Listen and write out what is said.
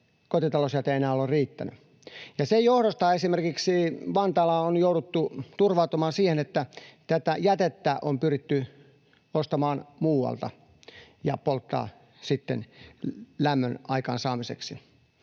kotitalousjäte ei yksistään enää ole riittänyt. Sen johdosta esimerkiksi Vantaalla on jouduttu turvautumaan siihen, että tätä jätettä on pyritty ostamaan muualta ja polttamaan sitten lämmön aikaansaamiseksi,